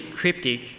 cryptic